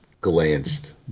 glanced